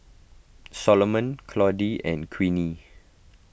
Salomon Claudie and Queenie